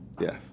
Yes